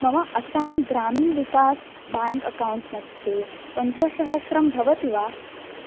मम अस्सां Gramin Vikas bank account मध्ये पञ्चसहस्रं भवति वा